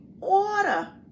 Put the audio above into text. order